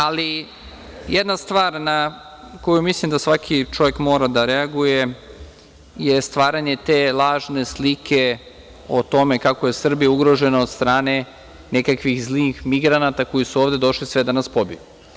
Ali, jedna stvar na koju mislim da svaki čovek mora da reaguje je stvaranje te lažne slike o tome kako je Srbija ugrožena od strane nekakvih zlih migranata koji su ovde došli sve da nas pobiju.